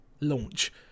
launch